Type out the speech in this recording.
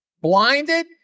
blinded